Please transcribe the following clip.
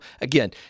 Again